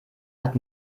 hat